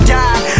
die